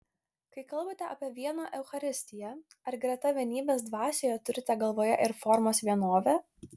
kai kalbate apie vieną eucharistiją ar greta vienybės dvasioje turite galvoje ir formos vienovę